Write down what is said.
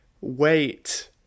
wait